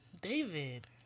David